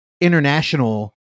international